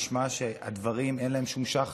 נשמע שלדברים אין שום שחר,